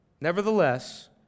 nevertheless